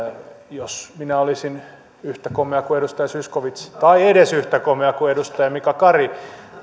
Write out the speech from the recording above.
jos minä olisin yhtä komea kuin edustaja zyskowicz tai edes yhtä komea kuin edustaja mika kari